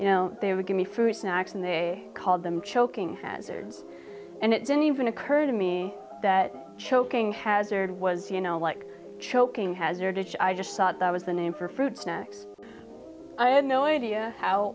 you know they would give me fruit snacks and they called them choking hazards and it didn't even occur to me that choking hazard was you know like choking hazard itch i just thought that was the name for fruit snacks i had no idea how